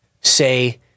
say